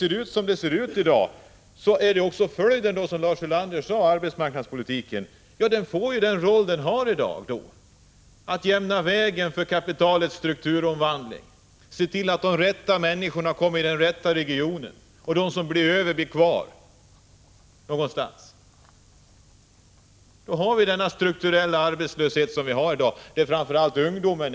Men då får ju arbetsmarknadspolitiken den roll som den har i dag: att jämna vägen för kapitalets strukturomvandling, att se till att de rätta människorna kommer till den rätta regionen med påföljd att de som blir över får stanna kvar någonstans. Därför har vi dagens strukturella arbetslöshet, som framför allt har drabbat ungdomen.